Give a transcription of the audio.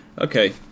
Okay